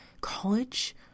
college